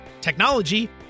technology